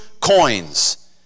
coins